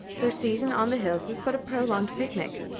their season on the hills is but a prolonged picnic.